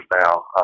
now